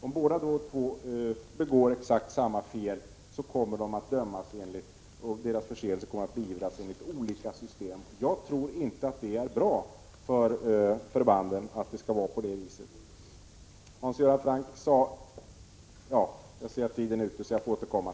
Om båda begår exakt samma fel kommer deras förseelser att beivras enligt olika system. Jag tror inte att det är bra för förbanden att det förhåller sig på det viset.